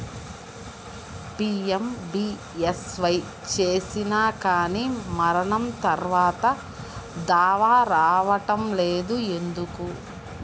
PMBSY చేసినా కానీ మరణం తర్వాత దావా రావటం లేదు ఎందుకు?